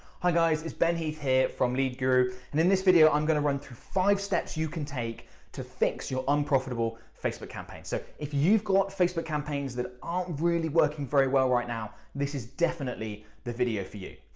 hi guys, it's ben heath here from lead guru, and in this video, i'm going to run through five steps you can take to fix your unprofitable facebook campaign. so if you've got facebook campaigns that aren't really working very well right now, this is definitely the video for you.